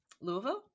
louisville